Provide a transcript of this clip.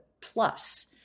plus